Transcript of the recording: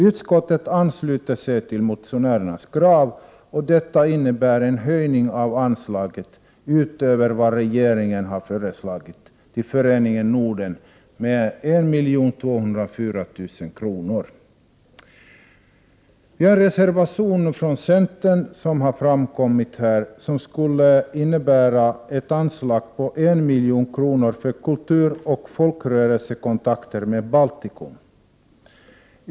Utskottet ansluter sig till motionärernas krav, och det innebär en höjning av anslaget till Föreningen Norden, utöver vad regeringen föreslagit, med 1 204 000 kr.